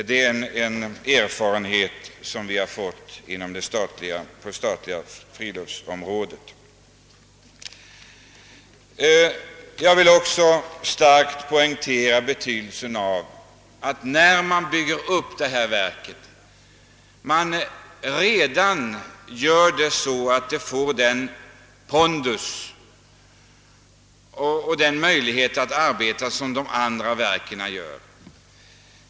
Det är en erfarenhet som vi har fått på det statliga friluftsområdet. Jag vill också starkt poängtera betydelsen av att när man bygger upp detta verk man gör det så att det får samma pondus och samma möjlighet att arbeta som de andra verken har.